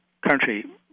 country